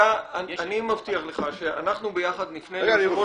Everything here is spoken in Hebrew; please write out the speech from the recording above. אני מבטיח לך שאנחנו ביחד נפנה ליושב ראש